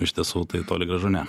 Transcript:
iš tiesų tai toli gražu ne